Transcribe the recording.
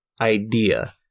idea